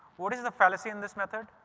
what is the fallacy in this method?